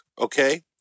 okay